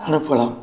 அனுப்பலாம்